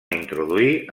introduir